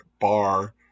bar